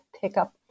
pickup